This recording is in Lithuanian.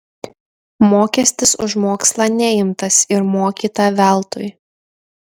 mokestis už mokslą neimtas ir mokyta veltui